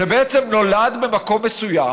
שבעצם נולד במקום מסוים